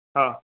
हा